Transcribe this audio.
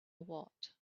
what